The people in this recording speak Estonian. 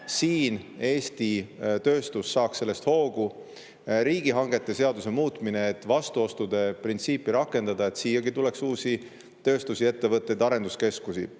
Eesti tööstus saaks sellest hoogu. Riigihangete seadust muudame, et vastuostude printsiipi rakendada, et siiagi tuleks uusi tööstusi, ettevõtteid ja arenduskeskusi.